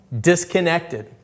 disconnected